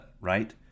right